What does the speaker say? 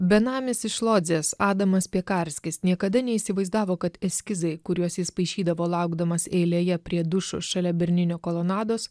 benamis iš lodzės adamas piekarskis niekada neįsivaizdavo kad eskizai kuriuos jis paišydavo laukdamas eilėje prie dušų šalia berninio kolonados